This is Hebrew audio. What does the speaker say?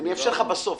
אאפשר לך לומר בסוף.